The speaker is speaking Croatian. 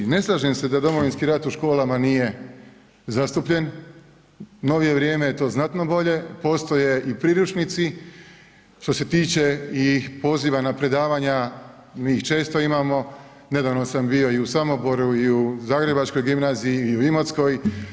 Ne slažem se da Domovinski rat u školama nije zastupljen, u novije vrijeme je to znatno bolje, postoje i priručnici, što se tiče i poziva na predavanja, mi ih često imamo, nedavno sam bio i u Samoboru, i u zagrebačkoj gimnaziji i u imotskoj.